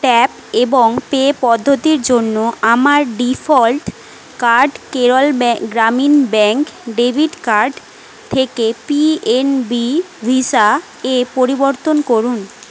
tap এবং pay পদ্ধতির জন্য আমার ডিফল্ট কার্ড কেরল ব্য গ্রামীণ ব্যাঙ্ক ডেবিট কার্ড থেকে পিএনবি ভিসা এ পরিবর্তন করুন